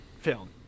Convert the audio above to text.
film